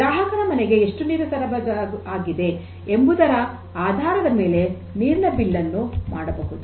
ಗ್ರಾಹಕರ ಮನೆಗೆ ಎಷ್ಟು ನೀರು ಸರಬರಾಜು ಆಗಿದೆ ಎಂಬುದರ ಆಧಾರದ ಮೇಲೆ ನೀರಿನ ಬಿಲ್ ಅನ್ನು ಮಾಡಬಹುದು